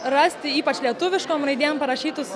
rasti ypač lietuviškom raidėm parašytus